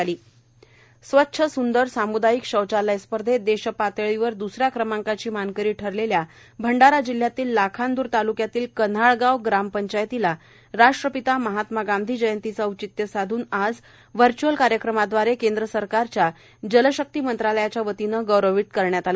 स्वच्छ सूंदर सामूदायीक शौचालय स्पर्धागौरव स्वच्छ सुंदर साम्दायीक शौचालय स्पर्धेत देशपातळीवर द्स या क्रमांकाची मानकरी ठरलेल्या भंडारा जिल्ह्यातील लाखांद्रर ताल्क्यातील कन्हाळगाव ग्राम पंचायतीचा राष्ट्रपिता महात्मा गांधी जयंतीचे औचित्य साधून आज व्हर्च्अल कार्यक्रमादवारे केंद्र सरकारच्या जलशक्ती मंत्रालयाच्या वतीने गौरव करण्यात आला